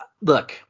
Look